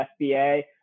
SBA